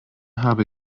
habe